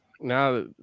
now